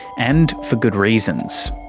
and for good reasons.